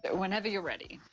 but whenever you're ready.